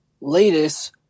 latest